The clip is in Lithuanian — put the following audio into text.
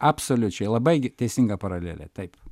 absoliučiai labai teisinga paralelė taip